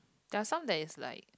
there's some that is like